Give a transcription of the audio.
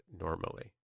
normally